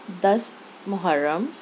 دس محرم